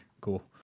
cool